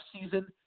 season